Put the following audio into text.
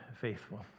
faithful